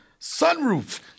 sunroof